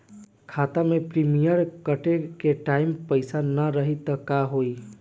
खाता मे प्रीमियम कटे के टाइम पैसा ना रही त का होई?